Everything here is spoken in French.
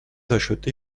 acheter